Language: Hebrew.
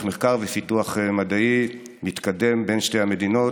מחקר ופיתוח מדעי מתקדם בין שתי המדינות.